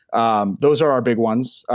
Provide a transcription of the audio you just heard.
um those are our big ones.